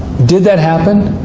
did that happen?